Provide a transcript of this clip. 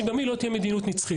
שגם היא לא תהיה מדיניות נצחית.